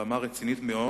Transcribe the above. זאת במה רצינית מאוד